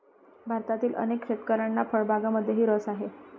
भारतातील अनेक शेतकऱ्यांना फळबागांमध्येही रस आहे